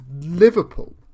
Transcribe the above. Liverpool